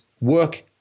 work